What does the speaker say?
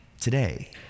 Today